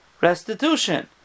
restitution